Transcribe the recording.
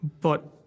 But-